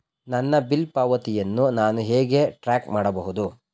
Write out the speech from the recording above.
ನನ್ನ ಬಿಲ್ ಪಾವತಿಯನ್ನು ನಾನು ಹೇಗೆ ಟ್ರ್ಯಾಕ್ ಮಾಡಬಹುದು?